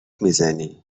میزنی